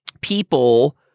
People